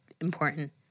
important